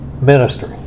ministry